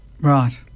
Right